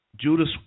Judas